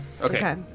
Okay